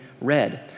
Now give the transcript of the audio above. read